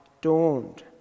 dawned